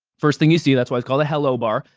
first thing you see, that's why it's called a hello bar.